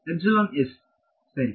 epsilon s ಸರಿ